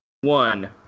one